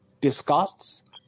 discussed